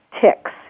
ticks